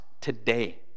today